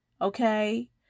okay